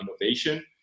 innovation